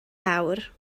awr